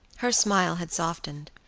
her smile had softened.